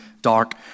dark